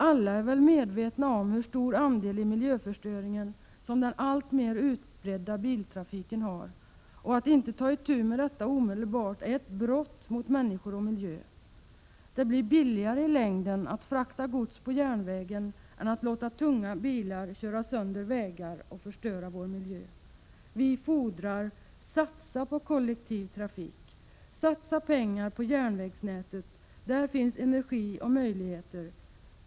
Alla är väl medvetna om hur stor andel i miljöförstöringen som den alltmer utbredda biltrafiken har, och att inte ta itu med detta omedelbart är ett brott mot människor och miljö. Det blir billigare i längden att frakta gods på järnvägen än att låta tunga bilar köra sönder vägar och förstöra vår miljö. Vi fordrar, satsa på kollektiv trafik! Satsa pengar på järnvägsnätet, där finns energi och möjligheter.